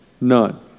None